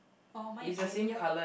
oh mine is red yup